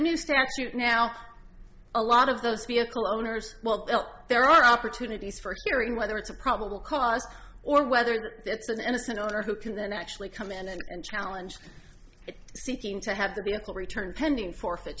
new statute now a lot of those vehicle owners well there are opportunities for a hearing whether it's a probable cause or whether it's an innocent owner who can then actually come in and challenge it seeking to have the vehicle returned pending forfeit